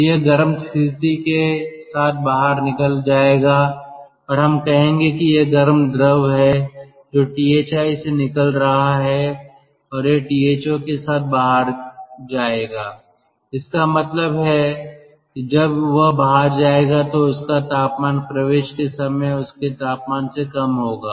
तो यह गर्म स्थिति के साथ बाहर निकल जाएगा और हम कहेंगे कि यह गर्म द्रव है जो Thi से निकल रहा है और यह Tho के साथ बाहर जाएगा इसका मतलब है जब वह बाहर जाएगा तो उसका तापमान प्रवेश के समय उसके तापमान से कम होगा